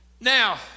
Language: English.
now